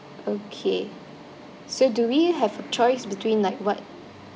okay so do we have a choice between like what